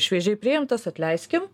šviežiai priimtas atleiskim